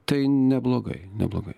tai neblogai neblogai